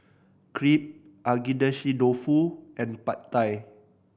Crepe Agedashi Dofu and Pad Thai